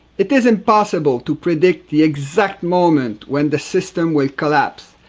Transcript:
it is impossible to predict the exact moment when the system will collapse.